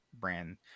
brand